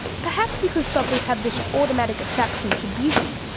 perhaps because shoppers have this automatic attraction to beauty,